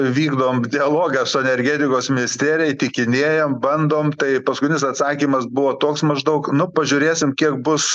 vykdom dialogą su energetikos ministerija įtikinėjam bandom tai paskutinis atsakymas buvo toks maždaug nu pažiūrėsim kiek bus